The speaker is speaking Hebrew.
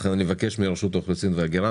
לכן אני מבקש מרשות האוכלוסין וההגירה,